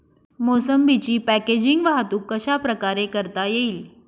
मोसंबीची पॅकेजिंग वाहतूक कशाप्रकारे करता येईल?